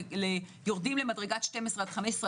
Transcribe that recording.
כשיורדים למדרגת 12 עד 15,